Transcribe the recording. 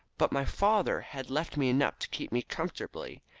but my father had left me enough to keep me comfortably,